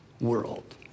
world